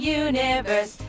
universe